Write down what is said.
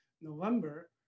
November